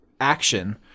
action